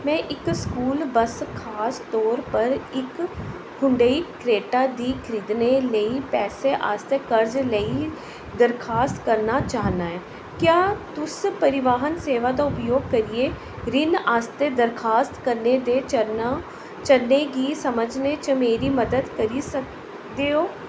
में इक school bus खास तौर पर इक हुंडई क्रेटा दी खरीदने लेई पैसे आस्तै कर्ज लेई दरखास्त करना चाह्न्नां ऐ क्या तुस परिवहन सेवा दा उपयोग करियै ऋण आस्तै दरखास्त करने दे चरणा चरणें गी समझने च मेरी मदद करी सकदे ओ